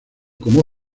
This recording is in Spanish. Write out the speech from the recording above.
como